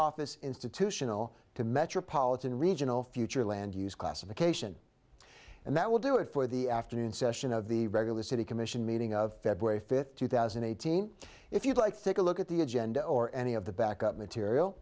office institutional to metropolitan regional future land use classification and that will do it for the afternoon session of the regular city commission meeting of february fifth two thousand and eighteen if you'd like think a look at the agenda or any of the back up material